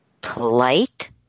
polite